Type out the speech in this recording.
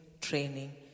training